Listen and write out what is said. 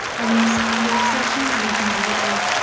our next work session? i'm looking at vicki.